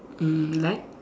mm like